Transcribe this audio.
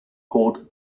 called